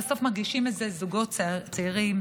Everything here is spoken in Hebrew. בסוף מרגישים את זה זוגות צעירים,